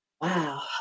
Wow